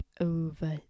over